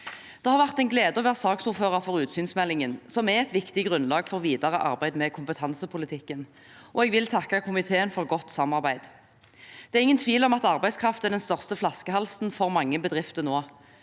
Det har vært en glede å være saksordfører for utsynsmeldingen, som er et viktig grunnlag for videre arbeid med kompetansepolitikken, og jeg vil takke komiteen for et godt samarbeid. Det er ingen tvil om at arbeidskraft er den største flaskehalsen for mange bedrifter nå.